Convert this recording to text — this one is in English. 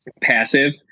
passive